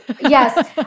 Yes